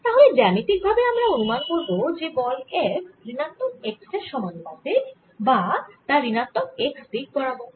তাহলে জ্যামিতিক ভাবে আমরা অনুমান করব যে বল F ঋণাত্মক x এর সমানুপাতিক বা তা ঋণাত্মক x দিক বরাবর